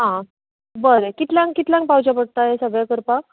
आं बरें कितल्यांक कितल्यांक पावचें पडटा हें सगलें करपाक